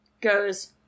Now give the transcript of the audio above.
goes